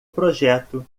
projeto